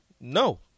No